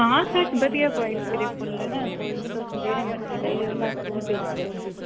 आं बधिया क्वालिटी दे फुल्ल न तुस जेह्ड़े मर्जी लैओ तुसेंगी भेजी देई ओड़गे